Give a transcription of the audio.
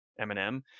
eminem